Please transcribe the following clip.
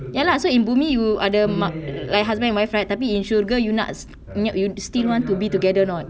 ya lah so in bumi you ada mark like husband and wife right tapi in syurga you nak you you still want to be together or not